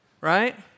right